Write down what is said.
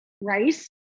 rice